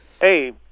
Hey